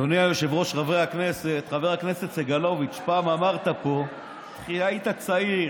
חבר הכנסת סגלוביץ', פעם אמרת פה כי היית צעיר